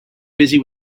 busy